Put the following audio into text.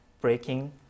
breaking